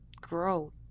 growth